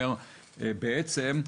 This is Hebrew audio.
זה אומר בעצם,